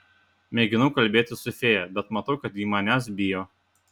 mėginau kalbėtis su fėja bet matau kad ji manęs bijo